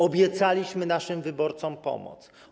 Obiecaliśmy naszym wyborcom pomoc.